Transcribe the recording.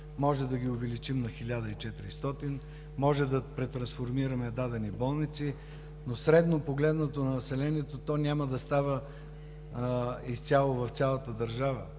можем да ги увеличим на 1400, може да претрансформираме дадени болници, но средно погледнато на населението то няма да става изцяло в цялата държава.